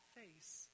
face